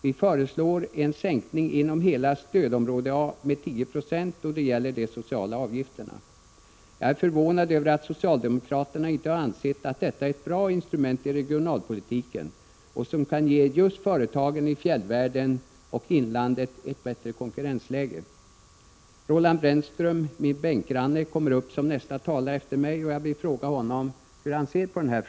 Vi föreslår en sänkning inom hela stödområde A med 10 960 då det gäller de sociala avgifterna. Jag är förvånad över att socialdemokraterna inte har ansett att detta är ett bra instrument i regionalpolitiken som kan ge just företagen i fjällvärlden och inlandet ett bättre konkurrensläge. Roland Brännström, min bänkgranne, kommer upp som nästa talare efter — Prot. 1986/87:128 mig, och jag vill fråga honom hur han ser på denna fråga.